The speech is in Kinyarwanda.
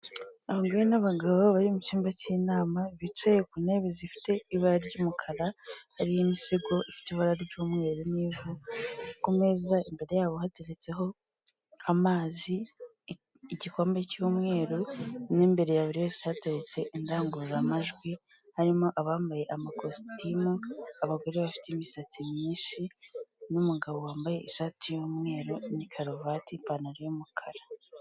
Abagore n'abagabo bari mu cyumba cy'inama bicaye ku ntebe zifite ibara ry'umukara hariho imisego ifite ibara ry'umweru n'ivu, ku meza imbere yabo hateretseho amazi igikombe cy'umweru n'imbere ya buri wese hateretse indangururamajwi harimo abambaye amakositimu abagore, bafite imisatsi myinshi n'umugabo wambaye ishati y'umweru n'ikaruvati, ipantaro y'umukara.